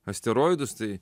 asteroidus tai